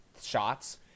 shots